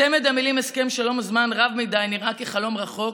צמד המילים "הסכם שלום" זמן רב מדי נראה כחלום רחוק,